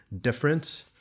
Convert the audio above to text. different